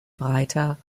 breiter